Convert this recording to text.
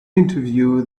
interview